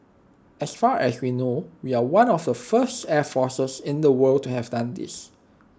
as far as we know we are one of the first air forces in the world to have done this